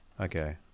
Okay